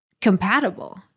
compatible